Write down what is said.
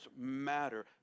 matter